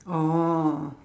oh